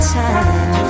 time